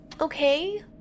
okay